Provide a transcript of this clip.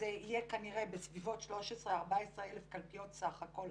זה יהיה כנראה בסביבות 13,000 14,000 קלפיות סך הכול.